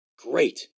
great